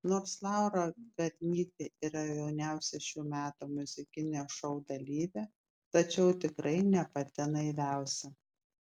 nors laura garnytė yra jauniausia šių metų muzikinio šou dalyvė tačiau tikrai ne pati naiviausia